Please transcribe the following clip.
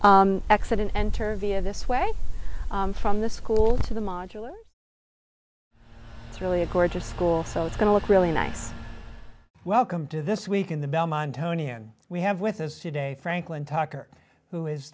accident enter via this way from the school to the modular it's really a gorgeous school so it's going to look really nice welcome to this week in the belmont tony and we have with us today franklin tucker who is